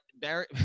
Barry